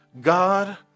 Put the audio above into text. God